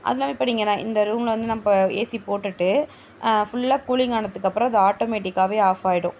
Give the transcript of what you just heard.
அது இல்லாமல் இப்போ நீங்கள் நான் இந்த ரூம்ல வந்து நம்ம ஏசி போட்டுட்டு ஃபுல்லா கூலிங் ஆனதுக்கு அப்புறம் அது ஆட்டோமேட்டிக்காவே ஆஃப் ஆகிடும்